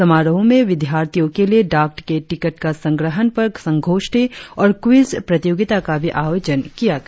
समारोह में विद्यार्थियों के लिए डाक के टिकट का संग्रहण पर संगोष्ठी और क्वीज प्रतियोगिता का भी आयोजन किया गया